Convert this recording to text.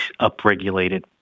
upregulated